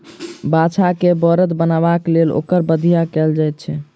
बाछा के बड़द बनयबाक लेल ओकर बधिया कयल जाइत छै